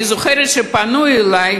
אני זוכרת שפנו אלי,